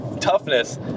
toughness